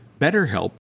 BetterHelp